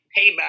payback